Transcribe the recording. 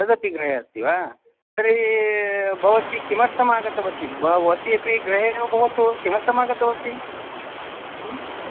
तदपि गृहे अस्ति वा तर्हि भवती किमर्थम् आगतवती भवती अपि गृहे एव भवतु किमर्थम् आगतवती